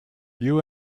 you